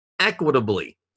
equitably